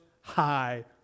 High